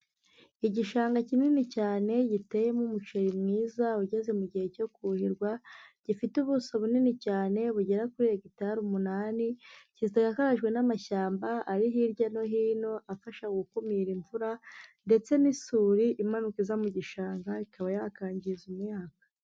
Igishanga kinini cyane giteyemo umuceri mwiza, ugeze mu gihe cyo kuhirwa. Gifite ubuso bunini cyane bugera kuri hegitari umunani, gisakajwe n'amashyamba ari hirya no hino, afasha gukumira imvura ndetse n'isuri imanuka iza mu gishanga, ikaba yakangiza imyaka.